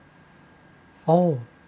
oh